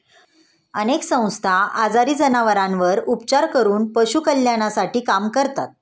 अनेक संस्था आजारी जनावरांवर उपचार करून पशु कल्याणासाठी काम करतात